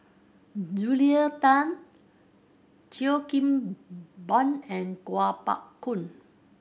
Julia Tan Cheo Kim Ban and Kuo Pao Kun